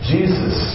Jesus